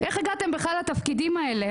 איך הגעתם לתפקידים האלה?